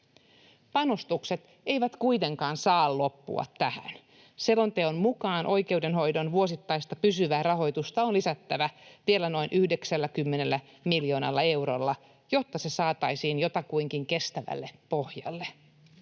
Panostukset eivät kuitenkaan saa loppua tähän. Selonteon mukaan oikeudenhoidon vuosittaista pysyvää rahoitusta on lisättävä vielä noin 90 miljoonalla eurolla, jotta se saataisiin jotakuinkin kestävälle pohjalle.